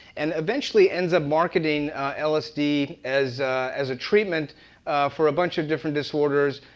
and eventually ends up marketing lsd as as a treatment for a bunch of different disorders,